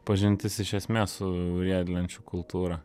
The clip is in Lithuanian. pažintis iš esmės su riedlenčių kultūra